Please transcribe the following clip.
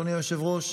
אדוני היושב-ראש,